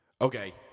Okay